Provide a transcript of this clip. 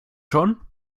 schon